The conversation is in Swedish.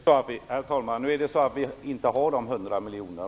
Herr talman! Nu har vi inte dessa 100 miljoner.